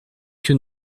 que